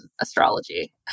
astrology